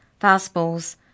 fastballs